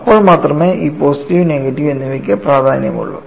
അപ്പോൾ മാത്രമേ ഈ പോസിറ്റീവ് നെഗറ്റീവ് എന്നിവയ്ക്ക് പ്രാധാന്യമുള്ളൂ